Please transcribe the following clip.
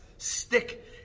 Stick